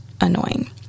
annoying